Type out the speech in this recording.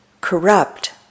corrupt